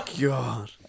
God